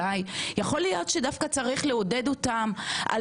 יכול להיות שדווקא צריך לעודד אותם על